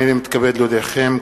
הנני מתכבד להודיעכם,